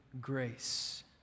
grace